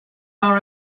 are